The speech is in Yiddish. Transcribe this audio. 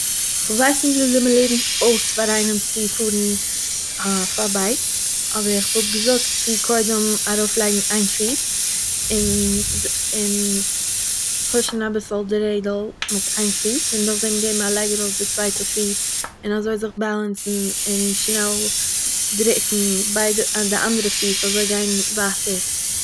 כ'ווייס נישט וויאזוי מ'לערנט אויס פאר איינעם צו פארן אויף א בייק, אבער איך וואלט געזאגט צו קודם ארויפלייגן איין פיס, און- און פושן אביסל די רעדל מיט איין פיס, און נאכדעם געבן א לייג ארויף די צווייטע פיס און אזוי זיך באלאנסן און שנעל דריקן ביי די- אויף די אנדערע פיס אזוי גיין ווייטער